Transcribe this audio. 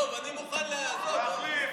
טוב, אני מוכן, עזוב, בוא.